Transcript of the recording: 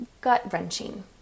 Gut-wrenching